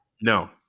No